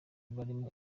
barimo